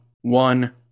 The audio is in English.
one